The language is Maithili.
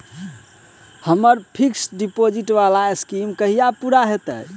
हम्मर फिक्स्ड डिपोजिट वला स्कीम कहिया पूरा हैत?